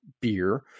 beer